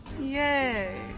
Yay